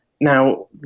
Now